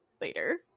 later